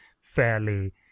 fairly